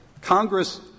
Congress